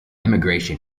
emigration